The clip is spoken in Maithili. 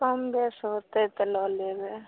कमबेस हेतै तऽ लऽ लेबै